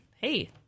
hey